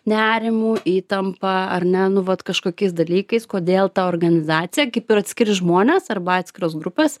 nerimu įtampa ar ne nu vat kažkokiais dalykais kodėl tą organizaciją kaip ir atskiri žmonės arba atskiros grupes